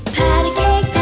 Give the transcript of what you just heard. pat-a-cake